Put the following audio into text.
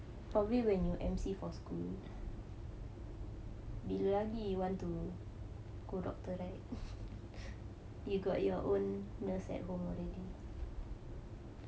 probably when you M_C for school bila lagi you want to go doctor right you got your own nurse at home already